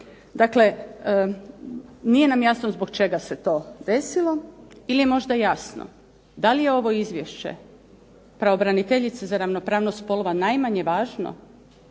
Dakle, nije nam jasno zbog čega se to desilo ili je možda jasno, da li je ovo Izvješće pravobraniteljice spolova najmanje važno?